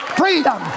freedom